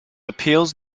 appeals